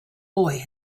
boy